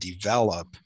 develop